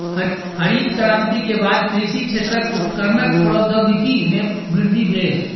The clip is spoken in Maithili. हरित क्रांति के बाद कृषि क्षेत्रक उपकरणक प्रौद्योगिकी में वृद्धि भेल